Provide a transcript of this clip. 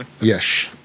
Yes